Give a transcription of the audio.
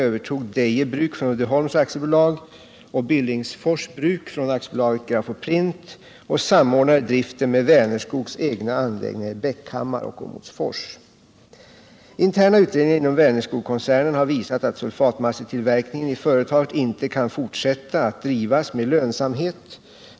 övertog Deje Bruk från Uddeholm AB och Billingsfors Bruk från AB Grafoprint och samordnade driften med Vänerskogs egna anläggningar i Bäckhammar och Åmotfors. Interna utredningar inom Vänerskogkoncernen har visat att sulfatmassetillverkningen i företaget inte kan fortsätta att drivas med lönsamhet.